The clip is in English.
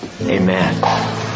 Amen